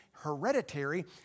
hereditary